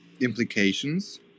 implications